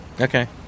Okay